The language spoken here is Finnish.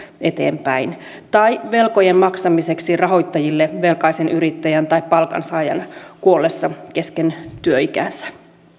eteenpäin tai velkojen maksamiseksi rahoittajille velkaisen yrittäjän tai palkansaajan kuollessa kesken työikänsä